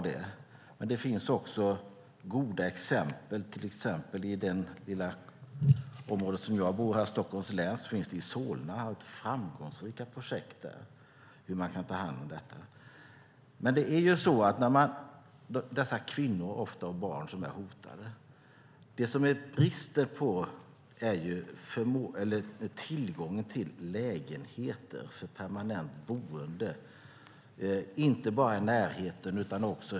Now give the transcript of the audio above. Det finns också goda exempel. Till exempel i det lilla område där jag bor i Stockholms län i Solna finns det framgångsrika projekt för hur man kan ta hand om detta. När det gäller dessa kvinnor och ofta barn som är hotade gäller det ofta tillgången lägenheter för permanent boende. Det är inte bara i närheten.